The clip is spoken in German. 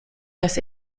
das